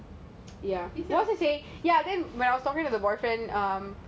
oh look at one